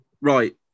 Right